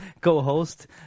co-host